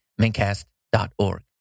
mincast.org